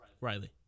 Riley